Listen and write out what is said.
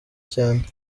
cyane